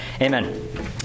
Amen